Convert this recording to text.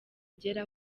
ugera